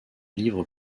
livres